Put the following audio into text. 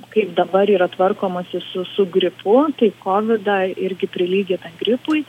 kaip dabar yra tvarkomasi su su gripu tai kovidą irgi prilygina gripui